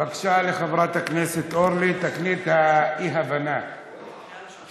בבקשה, חברת הכנסת אורלי, תקני את האי-הבנה שנפלה,